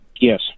Yes